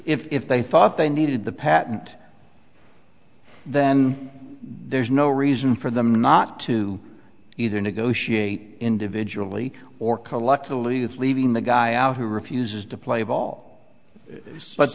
decision if they thought they needed the patent then there's no reason for them not to either negotiate individually or collectively with leaving the guy out who refuses to play ball but